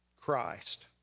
Christ